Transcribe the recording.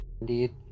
Indeed